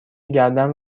گردن